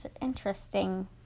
interesting